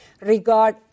regard